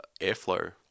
airflow